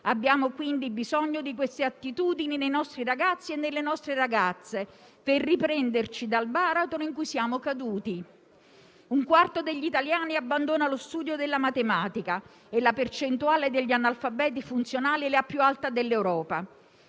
Abbiamo quindi bisogno di queste attitudini nei nostri ragazzi e nelle nostre ragazze, per riprenderci dal baratro in cui siamo caduti. Un quarto degli italiani abbandona lo studio della matematica e la percentuale degli analfabeti funzionali è la più alta d'Europa.